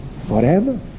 forever